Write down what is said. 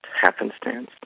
happenstance